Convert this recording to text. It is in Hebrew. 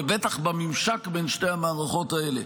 ובטח בממשק בין שתי המערכות האלה,